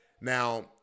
Now